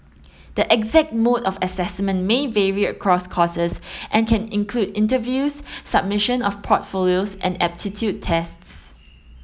the exact mode of assessment may vary across courses and can include interviews submission of portfolios and aptitude tests